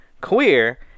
queer